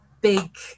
big